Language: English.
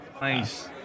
nice